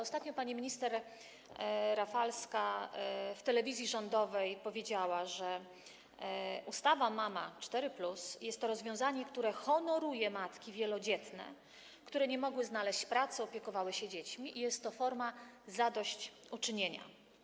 Ostatnio pani minister Rafalska w telewizji rządowej powiedziała, że ustawa „Mama 4+” jest to rozwiązanie, które honoruje matki wielodzietne, które nie mogły znaleźć pracy, opiekowały się dziećmi, i jest to forma zadośćuczynienia.